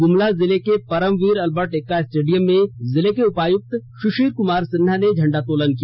गुमला जिले के परमवीर अलबर्टे एक्का स्टेडियम में जिले के उपायक्त षिषिर कमार सिन्हा ने झंडोत्तोलन किया